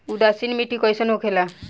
उदासीन मिट्टी कईसन होखेला?